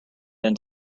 than